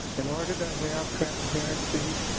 in order to have transparency